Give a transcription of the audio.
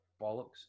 bollocks